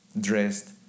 dressed